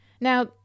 Now